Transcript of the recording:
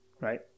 right